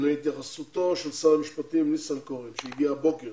להתייחסותו של שר המשפטים ניסנקורן שהגיעה הבוקר